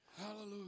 Hallelujah